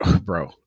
Bro